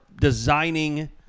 designing